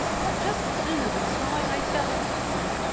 but just as soon as i saw it i felt it was home.